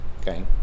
okay